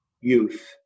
youth